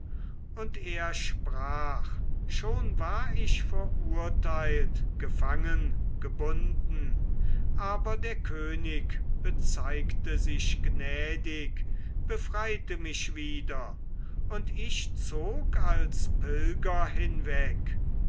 und er sprach schon war ich verurteilt gefangen gebunden aber der könig bezeigte sich gnädig befreite mich wieder und ich zog als pilger hinweg